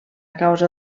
causa